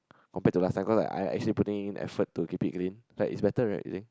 compared to last time because I I actually putting in effort to keep it clean like it's better right you see